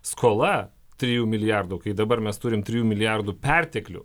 skola trijų milijardų kai dabar mes turim trijų milijardų perteklių